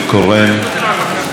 חברת הכנסת מירב בן ארי,